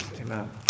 amen